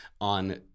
on